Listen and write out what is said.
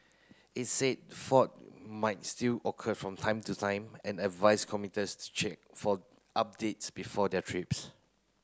it said fault might still occur from time to time and advised commuters to check for updates before their trips